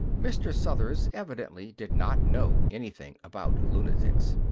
mr. suthers evidently did not know anything about lunatics.